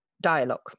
dialogue